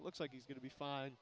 it looks like he's going to be fine